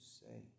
say